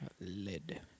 Lid